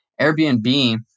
Airbnb